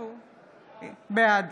בעד